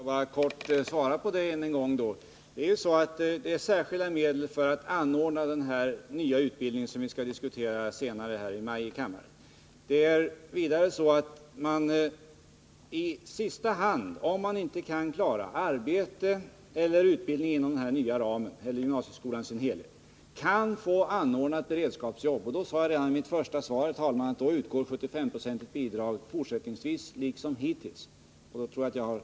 Herr talman! Låt mig då kort än en gång besvara den frågan. Det skall anvisas särskilda medel för anordnande av den nya utbildning som vi skall diskutera här i kammaren senare i maj. Om kommunerna vidare inte kan bereda ungdomarna arbete eller utbildning inom denna nya ram eller inom gymnasieskolan som helhet, kan de i sista hand också få anordna beredskapsarbete. Jag sade redan i mitt första anförande, herr talman, att det i sådana fall fortsättningsvis liksom hittills kommer att utgå ett 75-procentigt bidrag.